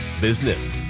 business